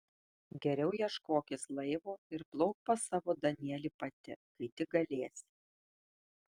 geriau ieškokis laivo ir plauk pas savo danielį pati kai tik galėsi